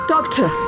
Doctor